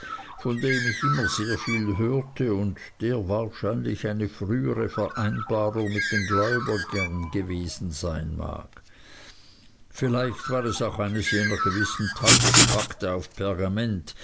von dem ich immer sehr viel hörte und der wahrscheinlich eine frühere vereinbarung mit den gläubigern gewesen sein mag vielleicht war es auch eines jener gewissen teufelspakte auf pergament